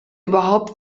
überhaupt